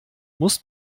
muss